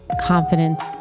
Confidence